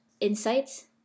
insights